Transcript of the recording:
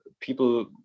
people